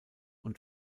und